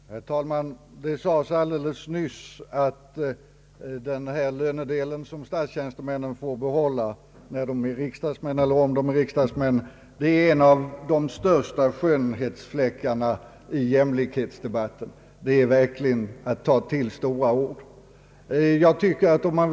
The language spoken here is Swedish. Herr talman! Det nämndes alldeles nyss att den del av lönen från sin tjänst som statstjänstemännen får behålla om de är riksdagsmän är en av de största skönhetsfläckarna i jämlikhetsdebatten. Det är verkligen att ta stora ord i sin mun.